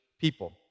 people